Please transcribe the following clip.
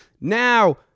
Now